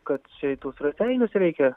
kad čia į tuos raseinius reikia